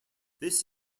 this